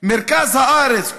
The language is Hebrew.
מרכז הארץ,